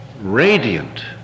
radiant